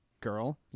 girl